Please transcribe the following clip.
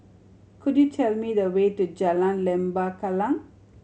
could you tell me the way to Jalan Lembah Kallang